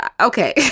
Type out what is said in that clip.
okay